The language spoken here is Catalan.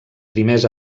primers